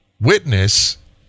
witness